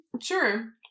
Sure